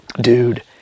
Dude